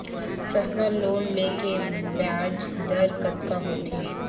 Personal loan ले के ब्याज दर कतका होथे?